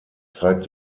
zeigt